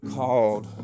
called